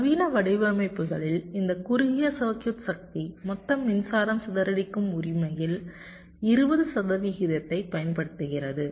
நவீன வடிவமைப்புகளில் இந்த குறுகிய சர்க்யூட் சக்தி மொத்த மின்சாரம் சிதறடிக்கும் உரிமையில் 20 சதவிகிதத்தை பயன்படுத்துகிறது